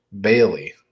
Bailey